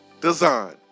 design